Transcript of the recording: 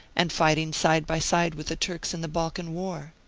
and fight ing side by side with the turks in the balkan war?